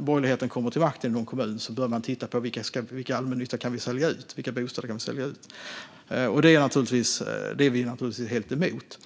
borgerligheten kommer till makten i en kommun börjar man titta på vilken allmännytta man kan sälja ut, vilka bostäder man kan sälja ut. Det är vi naturligtvis helt emot.